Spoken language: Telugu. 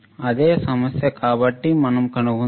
ఇదే సమస్య కాబట్టి మనం కనుగొందాం